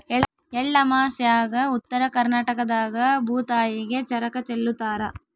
ಎಳ್ಳಮಾಸ್ಯಾಗ ಉತ್ತರ ಕರ್ನಾಟಕದಾಗ ಭೂತಾಯಿಗೆ ಚರಗ ಚೆಲ್ಲುತಾರ